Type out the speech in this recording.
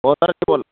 പോത്തിറച്ചി പോലെ